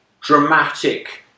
dramatic